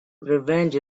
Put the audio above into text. revenge